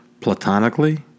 Platonically